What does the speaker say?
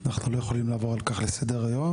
אנחנו לא יכולים לעבור על כך בסדר היום,